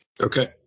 Okay